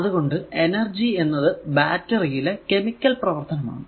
അതുകൊണ്ടു എനർജി എന്നത് ബാറ്ററി യിലെ കെമിക്കൽ പ്രവർത്തനം ആണ്